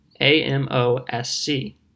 A-M-O-S-C